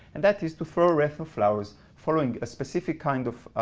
and that is to throw a wreath of flowers following a specific kind of